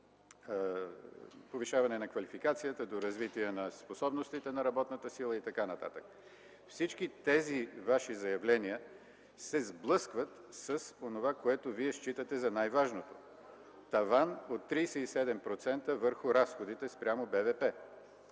повишаване на квалификацията, до развитие на способностите на работната сила и т.н. Всички тези Ваши заявления се сблъскват с онова, което Вие считате за най-важното – таван от 37% върху разходите спрямо БВП.